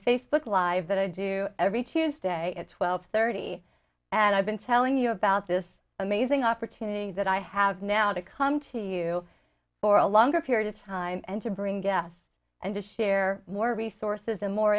facebook live that i do every tuesday at twelve thirty and i've been telling you about this amazing opportunity that i have now to come to you for a longer period of time and to bring gas and to share more resources and more